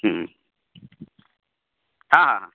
ହଁ ହଁ